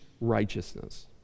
righteousness